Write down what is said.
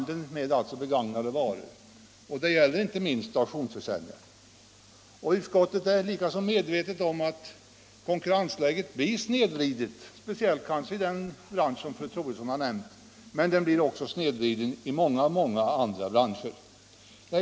Detta gäller inte minst auktionsförsäljning. Utskottet är likaså medvetet om att konkurrensläget blir snedvridet, speciellt kanske i den bransch som fru Troedsson har nämnt men också i många andra branscher.